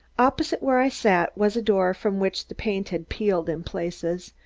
opposite where i sat was a door from which the paint had peeled in places.